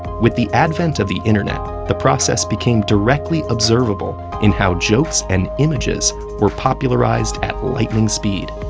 with the advent of the internet, the process became directly observable in how jokes and images were popularized at lightning speed.